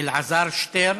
אלעזר שטרן.